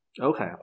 Okay